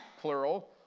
plural